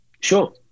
Sure